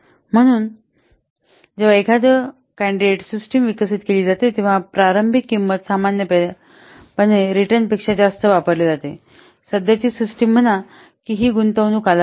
म्हणून जेव्हा एखादी उमेदवार सिस्टम विकसित केली जाते तेव्हा प्रारंभिक किंमत सामान्यपणे रिटर्नपेक्षा जास्त वापरली जाते सध्याची सिस्टम म्हणा की ही गुंतवणूक कालावधी आहे